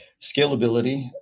scalability